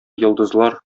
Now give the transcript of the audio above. йолдызлар